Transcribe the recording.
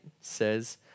says